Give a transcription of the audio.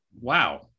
wow